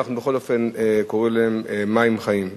ובכל אופן אנחנו קוראים להם "מים חיים".